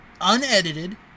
unedited